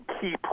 key